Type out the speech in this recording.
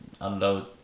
Unload